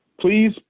Please